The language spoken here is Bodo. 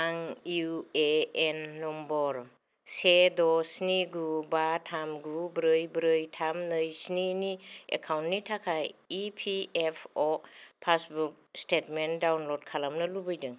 आं इउ ए एन नम्बर से द' स्नि गु बा थाम गु ब्रै ब्रै थाम नै स्निनि एकाउन्ट'नि थाखाय E P F O passbook statement download खालामनो लुबैदों